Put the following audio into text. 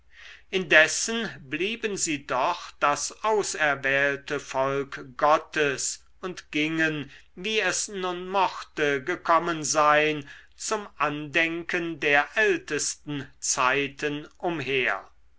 indessen blieben sie doch das auserwählte volk gottes und gingen wie es nun mochte gekommen sein zum andenken der ältesten zeiten umher